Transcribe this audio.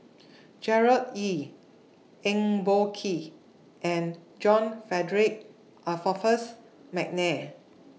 Gerard Ee Eng Boh Kee and John Frederick Adolphus Mcnair